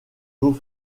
beaux